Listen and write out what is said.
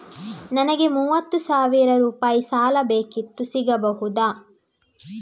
ನನಗೆ ಮೂವತ್ತು ಸಾವಿರ ರೂಪಾಯಿ ಸಾಲ ಬೇಕಿತ್ತು ಸಿಗಬಹುದಾ?